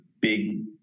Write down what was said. big